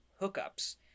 hookups